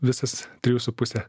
visas trijų su puse